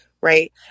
right